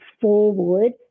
forward